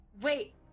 Wait